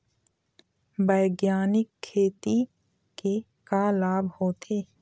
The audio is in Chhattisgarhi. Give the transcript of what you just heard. बैग्यानिक खेती के का लाभ होथे?